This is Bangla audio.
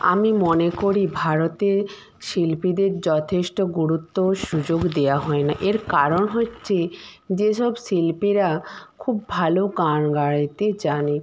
আমি মনে করি ভারতে শিল্পীদের যথেষ্ট গুরুত্ব ও সুযোগ দেওয়া হয় না এর কারণ হচ্ছে যেসব শিল্পীরা খুব ভালো গান গাইতে জানে